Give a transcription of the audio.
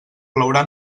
plourà